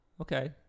okay